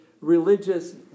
religious